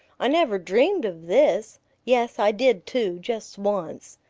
i never dreamed of this yes, i did too, just once!